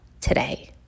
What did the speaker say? today